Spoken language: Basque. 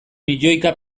milioika